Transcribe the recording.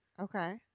okay